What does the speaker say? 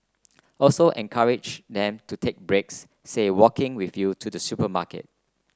also encourage them to take breaks say walking with you to the supermarket